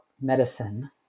medicine